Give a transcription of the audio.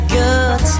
good